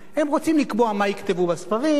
הם רוצים לקבוע מה יכתבו בספרים,